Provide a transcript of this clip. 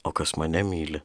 o kas mane myli